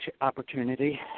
opportunity